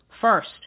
first